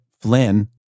flynn